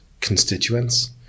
constituents